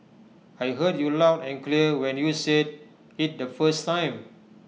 I heard you loud and clear when you said IT the first time